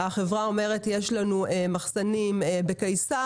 החברה אומרת יש לנו מחסנים בקיסריה,